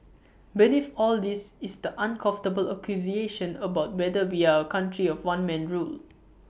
beneath all this is the uncomfortable accusation about whether we are A country of one man rule